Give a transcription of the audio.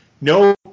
no